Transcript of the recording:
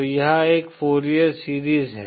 तो यह एक फॉरिएर सीरीज है